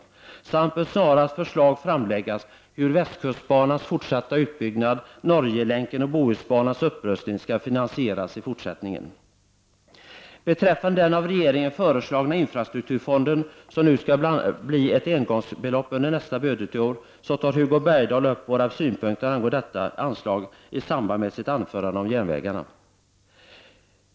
Förslag bör snarast framläggas om hur västkustbanans fortsatta utbyggnad, Norgelänken och Bohusbanans upprustning skall finansieras i fortsättningen. Beträffande den av regeringen föreslagna infrastrukturfonden som nu skall få ett engångsbelopp under nästa budgetår, så tar Hugo Bergdahl upp våra synpunkter angående detta anslag i samband med sitt anförande om järnvägarna.